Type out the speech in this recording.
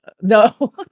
No